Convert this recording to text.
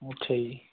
ਅੱਛਾ ਜੀ